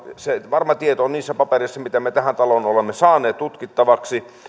se varma tieto on niissä papereissa mitä me tähän taloon olemme saaneet tutkittavaksi